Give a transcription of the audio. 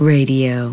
Radio